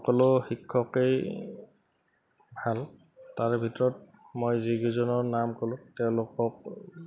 সকলো শিক্ষকেই ভাল তাৰ ভিতৰত মই যিকেইজনৰ নাম ক'লোঁ তেওঁলোকক